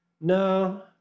No